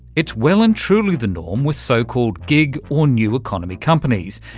it's well and truly the norm with so-called gig or new economy companies.